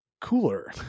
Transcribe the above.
cooler